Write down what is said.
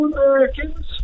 Americans